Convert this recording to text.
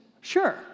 Sure